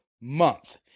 month